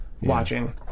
watching